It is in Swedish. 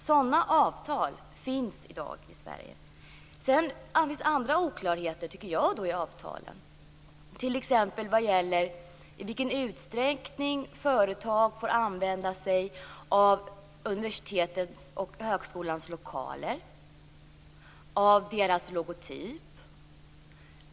Sådana avtal finns i dag i Sverige. Jag tycker också att det finns andra oklarheter i avtalen, t.ex. vad gäller i vilken utsträckning företag får använda sig av universitetens och högskolornas lokaler och av deras logotyp.